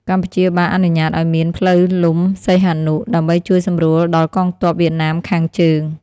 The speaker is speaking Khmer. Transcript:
កម្ពុជាបានអនុញ្ញាតឱ្យមាន "ផ្លូវលំសីហនុ" ដើម្បីជួយសម្រួលដល់កងទ័ពវៀតណាមខាងជើង។